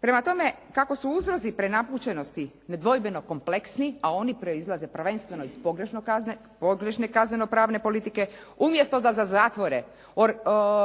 Prema tome, kako su uzroci prenapučenosti nedvojbeno kompleksni, a oni proizlaze prvenstveno iz pogrešne kazneno pravne politike. Umjesto da za zatvore